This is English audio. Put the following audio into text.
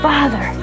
Father